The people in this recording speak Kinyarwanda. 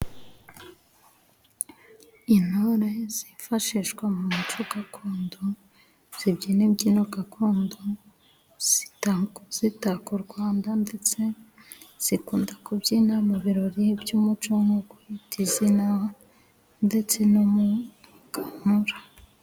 Intore zifashishwa mu muco gakondo ,zibyina imbyino gakondo, zitaka u Rwanda, ndetse zikunda kubyina mu birori by'umuco nko kwita izina, ndetse no mu muganura.